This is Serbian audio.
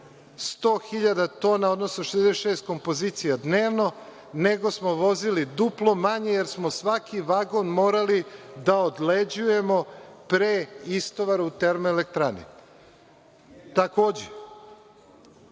100.000 tona, odnosno 66 kompozicija dnevno, nego smo vozili duplo manje jer smo svaki vagon morali da odleđujemo pre istovara u termoelektrani. Takođe,